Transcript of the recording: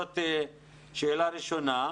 זאת שאלה ראשונה.